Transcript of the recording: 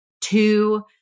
two